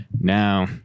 Now